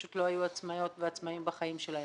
פשוט לא היו עצמאיות ועצמאים בחיים שלהם.